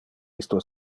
isto